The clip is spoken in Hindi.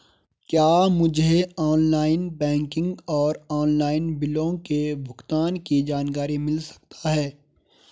क्या मुझे ऑनलाइन बैंकिंग और ऑनलाइन बिलों के भुगतान की जानकारी मिल सकता है?